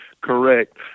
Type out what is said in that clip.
Correct